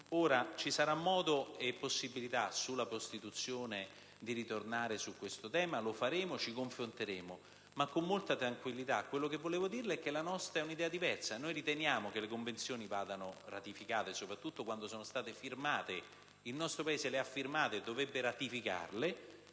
Ora, ci sarà modo e possibilità di ritornare sul tema della prostituzione. Lo faremo e ci confronteremo, ma con molta tranquillità. Io volevo dirle che la nostra è un'idea diversa, perché noi riteniamo che le Convenzioni vadano ratificate, soprattutto quando sono state firmate. Il nostro Paese le ha firmate e dovrebbe ratificarle.